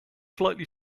slightly